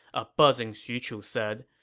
a buzzing xu chu said.